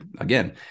again